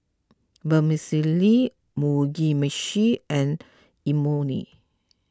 Vermicelli Mugi Meshi and Imoni